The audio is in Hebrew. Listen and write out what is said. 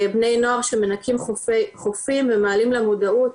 בני נוער שמנקים חופים ומעלים למודעות